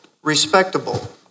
respectable